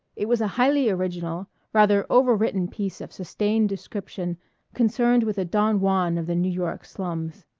it was a highly original, rather overwritten piece of sustained description concerned with a don juan of the new york slums.